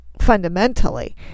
fundamentally